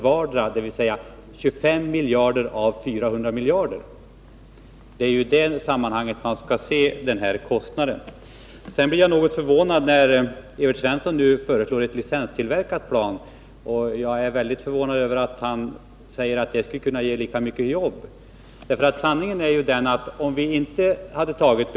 Och det gäller alltså 25 miljarder av 400 — och det är i det sammanhanget kostnaden skall ses. Sedan blir jag något förvånad när Evert Svensson föreslår ett licenstillverkat plan. Jag är också förvånad över att han säger att det skulle kunna ge ungefär lika mycket jobb som JAS-projektet.